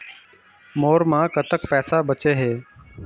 मोर म कतक पैसा बचे हे?